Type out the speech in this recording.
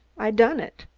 i done it.